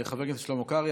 חבר הכנסת שלמה קרעי,